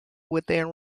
within